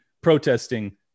protesting